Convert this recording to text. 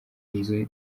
inzu